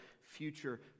future